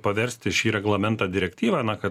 paversti šį reglamentą direktyvą na kad